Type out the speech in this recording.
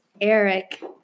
Eric